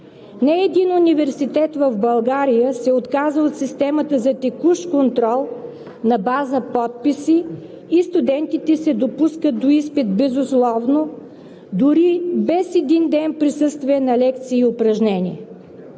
Не един университет в България се е отказал от системата за текущ контрол на база подписи и студентите се допускат до изпит безусловно, дори без един ден присъствие на лекции и упражнения.